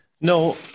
No